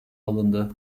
alındı